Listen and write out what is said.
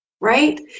Right